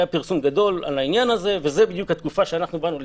זה היה באותה תקופה שניגשנו לתקשוב.